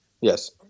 yes